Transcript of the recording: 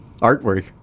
artwork